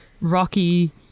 rocky